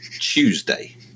Tuesday